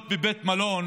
להיות בבית מלון